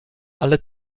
ale